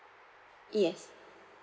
yes